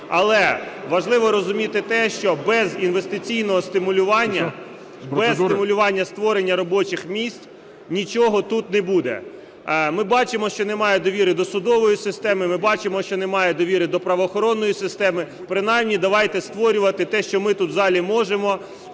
Але важливо розуміти те, що без інвестиційного стимулювання, без стимулювання створення робочих місць нічого тут не буде. Ми бачимо, що немає довіри до судової системи, ми бачимо, що немає довіри до правоохоронної системи, принаймні давайте створювати те, що ми тут в залі можемо,